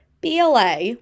BLA